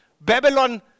Babylon